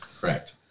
Correct